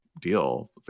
deal